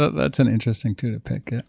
but that's an interesting to depict.